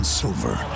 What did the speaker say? silver